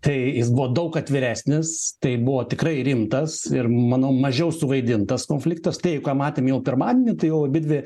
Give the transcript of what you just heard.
tai jis buvo daug atviresnis tai buvo tikrai rimtas ir manau mažiau suvaidintas konfliktas tai ką matėm jau pirmadienį tai abidvi